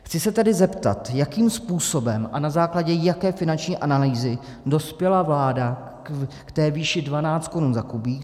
Chci se tedy zeptat, jakým způsobem a na základě jaké finanční analýzy dospěla vláda k té výši 12 korun za kubík.